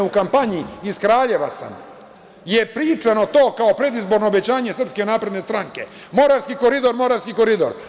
U kampanji 2012. godine, iz Kraljeva sam, je pričano to kao predizborno obećanje Srpske napredne stranke – Moravski koridor, Moravski koridor.